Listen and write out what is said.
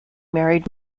married